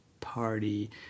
party